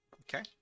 Okay